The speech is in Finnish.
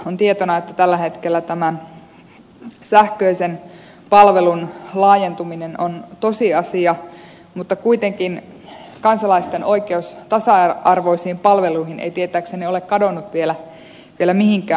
on tietona että tällä hetkellä tämä sähköisen palvelun laajentuminen on tosiasia mutta kuitenkin kansalaisten oikeus tasa arvoisiin palveluihin ei tietääkseni ole kadonnut vielä mihinkään